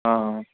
हँ